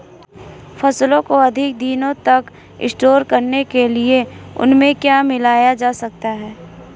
फसलों को अधिक दिनों तक स्टोर करने के लिए उनमें क्या मिलाया जा सकता है?